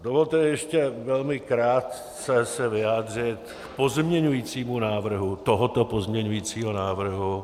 Dovolte ještě velmi krátce se vyjádřit k pozměňujícímu návrhu tohoto pozměňujícího návrhu.